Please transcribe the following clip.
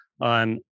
on